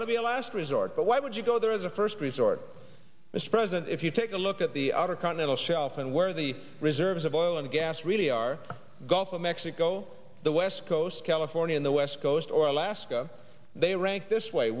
ought to be a last resort but why would you go there as a first resort mr president if you take a look at the outer continental shelf and where the reserves of oil and gas really are gulf of mexico the west coast california in the west coast or alaska they rank this way